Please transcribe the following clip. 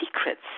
secrets